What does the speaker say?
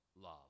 love